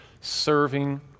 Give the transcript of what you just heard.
serving